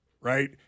right